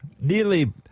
Nearly